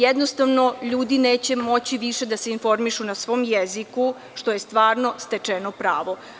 Jednostavno, ljudi neće moći više da se informišu na svoj jeziku, što je stvarno stečeno pravo.